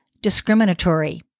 discriminatory